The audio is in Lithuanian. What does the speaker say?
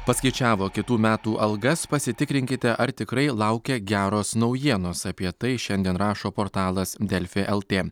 paskaičiavo kitų metų algas pasitikrinkite ar tikrai laukia geros naujienos apie tai šiandien rašo portalas delfi lt